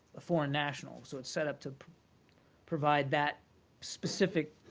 a foreign national. so it's set up to provide that specific